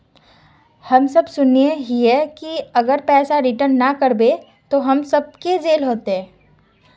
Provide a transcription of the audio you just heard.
हम सब सुनैय हिये की अगर पैसा रिटर्न ना करे सकबे तो हम सब के जेल होते?